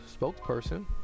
spokesperson